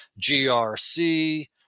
GRC